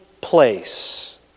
place